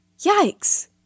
yikes